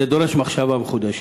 זה דורש מחשבה מחודשת.